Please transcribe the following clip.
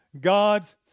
God's